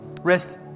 Rest